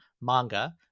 manga